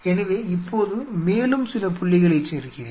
எனவே இப்போது மேலும் சில புள்ளிகளைச் சேர்க்கிறேன்